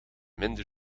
minder